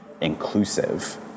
inclusive